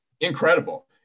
incredible